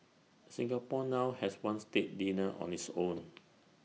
Singapore now has one state dinner on its own